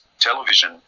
television